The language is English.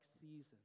season